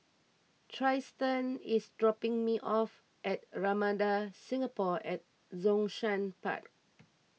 Trystan is dropping me off at Ramada Singapore at Zhongshan Park